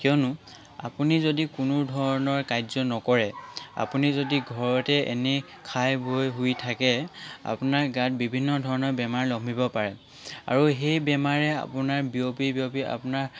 কিয়নো আপুনি যদি কোনোধৰণৰ কাৰ্য নকৰে আপুনি যদি ঘৰতে এনে খাই বৈ শুই থাকে আপোনাৰ গাত বিভিন্ন ধৰণৰ বেমাৰ লম্ভিব পাৰে আৰু সেই বেমাৰে আপোনাৰ বিয়পি বিয়পি আপোনাৰ